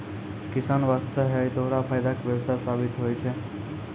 किसान वास्तॅ है दोहरा फायदा के व्यवसाय साबित होय छै